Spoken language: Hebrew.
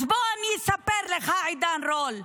אז בוא אני אספר לך, עידן רול: